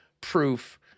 proof